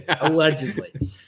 allegedly